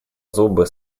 зубы